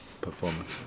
performance